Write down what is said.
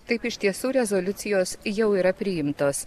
taip iš tiesų rezoliucijos jau yra priimtos